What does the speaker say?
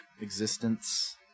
existence